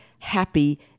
happy